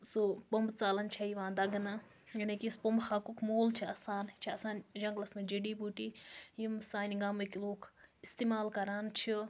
سۄ پوٚمبہٕ ژالَن چھِ یِوان دَگنہٕ یعنی کہِ یُس پوٚمبہٕ ہاکُک موٗل چھُ آسان یہِ چھُ آسان جنٛگلَس مَنٛز جٔڑی بوٗٹی یِم سانہِ گامٕکۍ لوٗکھ استعمال کَران چھِ